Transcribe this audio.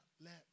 let